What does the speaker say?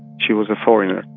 she was a foreigner,